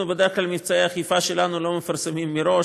בדרך כלל את מבצעי האכיפה שלנו אנחנו לא מפרסמים מראש,